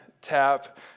tap